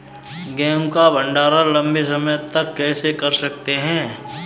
गेहूँ का भण्डारण लंबे समय तक कैसे कर सकते हैं?